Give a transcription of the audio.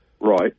Right